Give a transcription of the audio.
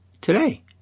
today